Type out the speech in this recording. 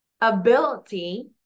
ability